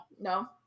no